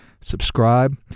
Subscribe